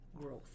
growth